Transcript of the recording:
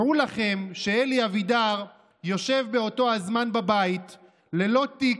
דעו לכם שאלי אבידר יושב באותו הזמן בבית ללא תיק,